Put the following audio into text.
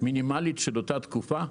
מינימלית של אותה תקופה.